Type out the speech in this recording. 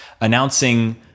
announcing